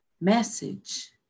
message